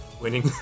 winning